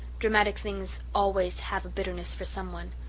dramatic things always have a bitterness for some one.